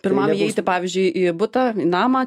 pirmam įeiti pavyzdžiui į butą į namą